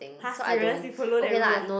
!huh! serious you follow that rule ah